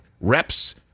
reps